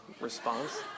response